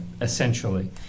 essentially